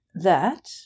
That